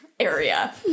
area